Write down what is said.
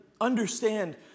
understand